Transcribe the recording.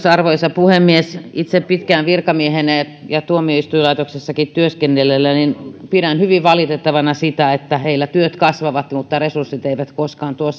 arvoisa puhemies itse pitkään virkamiehenä ja tuomioistuinlaitoksessakin työskennelleenä pidän hyvin valitettavana sitä että heillä työt kasvavat mutta resurssit eivät koskaan